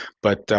but